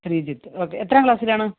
Sreejith okay എത്രാം ക്ലാസ്സിലാണ്